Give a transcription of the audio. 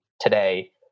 today